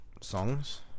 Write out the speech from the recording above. songs